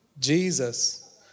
Jesus